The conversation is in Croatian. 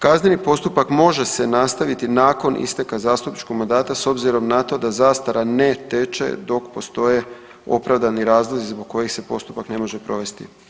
Kazneni postupak može se nastaviti nakon isteka zastupničkom mandata s obzirom na to da zastara ne teče dok postoje opravdani razlozi zbog kojih se postupak ne može provesti.